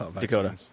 Dakota